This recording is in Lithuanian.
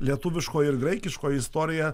lietuviškoji ir graikiškoji istorija